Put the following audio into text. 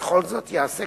וכל זאת ייעשה,